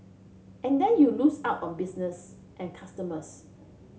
and then you lose out on business and customers